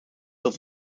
dat